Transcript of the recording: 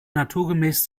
naturgemäß